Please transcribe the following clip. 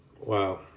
Wow